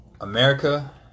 America